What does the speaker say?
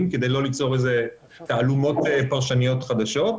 עד היום כדי לא ליצור תעלומות פרשניות חדשות.